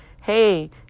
hey